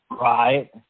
right